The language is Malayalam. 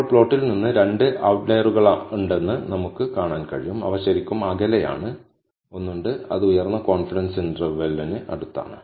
ഇപ്പോൾ പ്ലോട്ടിൽ നിന്ന് രണ്ട് ഔട്ട്ലൈയറുകളുണ്ടെന്ന് നമുക്ക് കാണാൻ കഴിയും അവ ശരിക്കും അകലെയാണ് ഒന്ന് ഉണ്ട് അത് ഉയർന്ന കോൺഫിഡൻസ് ഇന്റർവെൽക്ക് അടുത്താണ്